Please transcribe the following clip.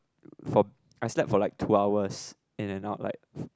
for I slept for like two hours in and out like